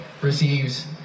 receives